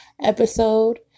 episode